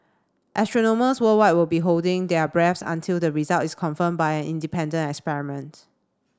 astronomers worldwide will be holding their breath until the result is confirmed by an independent experiment